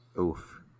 Oof